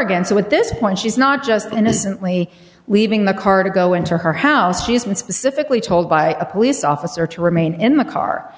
again so at this point she's not just innocently leaving the car to go into her house she's been specifically told by a police officer to remain in the car